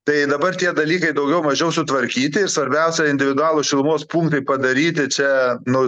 tai dabar tie dalykai daugiau mažiau sutvarkyti ir svarbiausi individualūs šilumos punktai padaryti čia nu